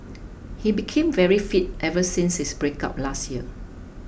he became very fit ever since his breakup last year